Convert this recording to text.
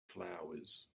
flowers